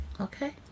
Okay